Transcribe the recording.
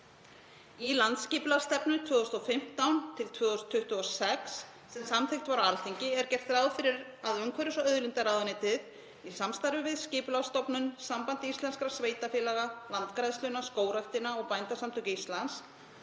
Í landsskipulagsstefnu 2015–2026, sem samþykkt var á Alþingi, er gert ráð fyrir að umhverfis- og auðlindaráðuneytið, í samstarfi við Skipulagsstofnun, Samband íslenskra sveitarfélaga, Landgræðsluna, Skógræktina og Bændasamtök Íslands,